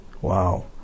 wow